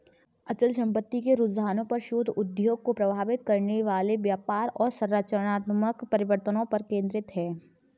अचल संपत्ति के रुझानों पर शोध उद्योग को प्रभावित करने वाले व्यापार और संरचनात्मक परिवर्तनों पर केंद्रित है